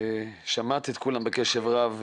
שמעתי את כולם בקשב רב,